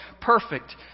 perfect